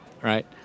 right